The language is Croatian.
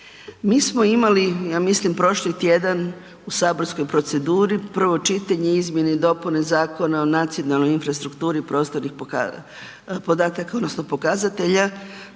Mi smo imali ja mislim prošli tjedan u saborskoj proceduri prvo čitanje izmjene i dopune Zakona o nacionalnoj infrastrukturi prostornih podataka odnosno pokazatelja,